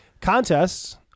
Contests